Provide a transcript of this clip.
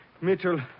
Mitchell